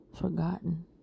forgotten